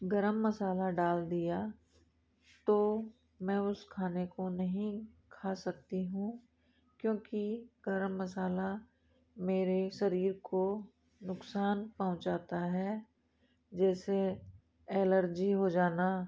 गर्म मसाला डाल दिया तो में उस खाने को नहीं खा सकती हूँ क्योंकि गर्म मसाला मेरे शरीर को नुकसान पहुँचाता है जिससे एलर्जी हो जाना